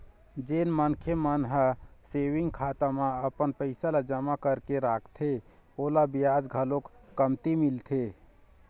जेन मनखे मन ह सेविंग खाता म अपन पइसा ल जमा करके रखथे ओला बियाज घलोक कमती मिलथे